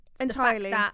Entirely